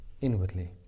inwardly